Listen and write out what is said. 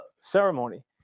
ceremony